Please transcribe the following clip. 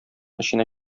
эченә